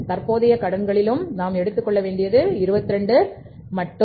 தற்போதைய கடன் களிலும் நாம் எடுத்துக்கொள்ள வேண்டியது 2 மட்டும்